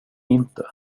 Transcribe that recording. inte